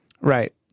Right